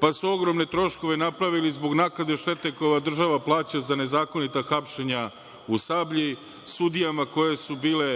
pa su ogromne troškove napravili zbog naknade štete koju ova država plaća za nezakonita hapšenja u „Sablji“, sudijama koje su bile